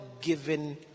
given